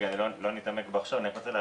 אני אציין שוב שעד היום אני לא יודעת מה